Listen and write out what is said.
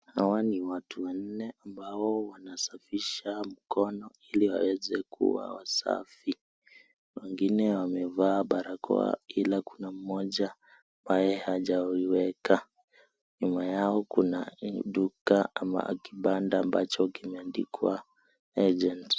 Hawa ni watu wanne ambao wanasafisha mkono ili waeze kuwa wasafi , wengine wamevaa barakoa ila kuna mmoja ambaye hajaieka . Nyuma yao kuna duka ama kibanda ambacho kimeandikwa agent .